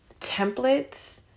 templates